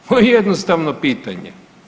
Ovo je jednostavno pitanje.